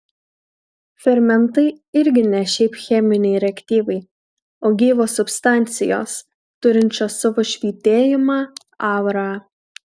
fermentai irgi ne šiaip cheminiai reaktyvai o gyvos substancijos turinčios savo švytėjimą aurą